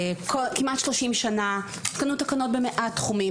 כמעט שלושים שנה הותקנו תקנות במעט תחומים,